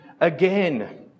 again